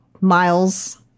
miles